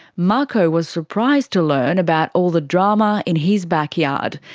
marco was surprised to learn about all the drama in his backyard.